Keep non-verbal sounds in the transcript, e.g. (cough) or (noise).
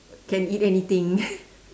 can eat anything (laughs)